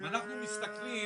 אם אנחנו מסתכלים,